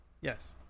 Yes